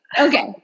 Okay